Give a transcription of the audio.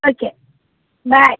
okay bye